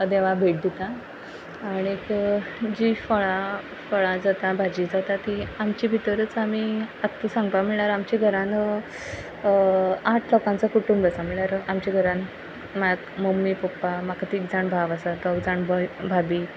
देवा भेट दिता आनीक जी फळां फळां जाता भाजी जाता ती आमच्या भितरच आमी आत् सांगपा म्हणल्यार आमच्या घरान आठ लोकांचो कुटुंब आसा म्हणल्यार आमच्या घरान म्हाक मम्मी पप्पा म्हाका ती जाण भाव आसा तो जाण भयण भाबी